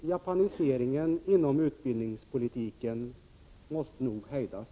Japaniseringen inom utbildningspolitiken måste nog hejdas.